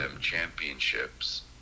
championships